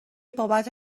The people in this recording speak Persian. بابت